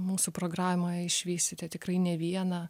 mūsų programoj išvysite tikrai ne vieną